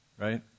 Right